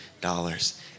dollars